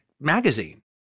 Magazine